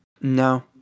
no